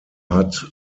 hat